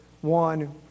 one